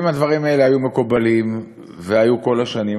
אם הדברים האלה היו מקובלים והיו כל השנים,